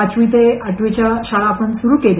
पाचवी ते आठवीच्या शाळा सुरु केल्या